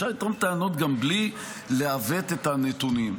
אפשר לטעון טענות גם בלי לעוות את הנתונים.